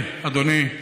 אדוני,